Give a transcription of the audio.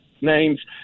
names